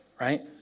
Right